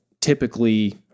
typically